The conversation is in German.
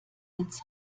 ins